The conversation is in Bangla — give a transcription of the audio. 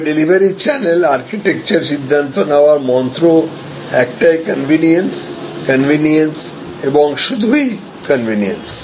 তবে ডেলিভারি চ্যানেল আর্কিটেকচার সিদ্ধান্ত নেওয়ার মন্ত্র একটাই কনভেনিয়েন্স কনভেনিয়েন্স এবং শুধুই কনভেনিয়েন্স